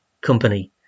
company